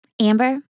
Amber